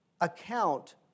account